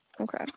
Okay